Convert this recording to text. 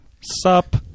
Sup